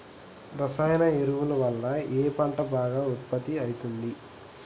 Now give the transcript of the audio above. రసాయన ఎరువుల వల్ల ఏ పంట బాగా ఉత్పత్తి అయితది?